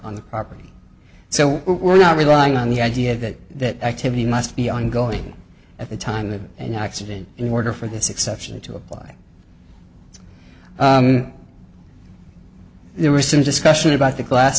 on the property so we're not relying on the idea that that activity must be ongoing at the time that an accident in order for this exception to apply and there were some discussion about the glass